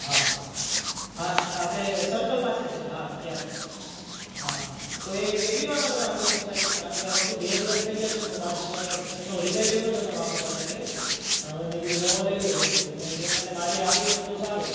હા હા આપણે સર્કલ પાસે જ છે હા ત્યાં જ હા તો એ કેટલી વારમાં તમે આવી જશો સાહેબ કારણ કે આમાં શું બે દિવસ થઈ ગયા છે ને તો બાજુવા એમનો રિલેટિવનો જ અમે વાપરતા હતા ગેસ પણ હવે મેં કીધું નવો લઈ લઇએ એમ તો તમે જેમ બને એમ આજે આવી જાઓ તો સારું